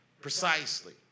precisely